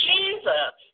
Jesus